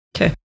Okay